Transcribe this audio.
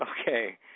Okay